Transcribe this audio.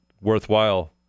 worthwhile